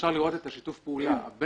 אפשר לראות את שיתוף הפעולה הבין-משרדי,